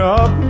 up